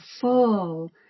full